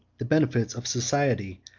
the benefits of society,